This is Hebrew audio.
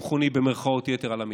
ל"צמחוני", במירכאות, יתר על המידה.